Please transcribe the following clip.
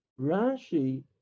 Rashi